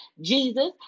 Jesus